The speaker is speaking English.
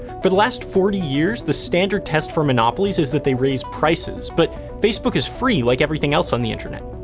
for the last forty years, the standard test for monopolies is that they raise prices. but facebook is free, like everything else on the internet.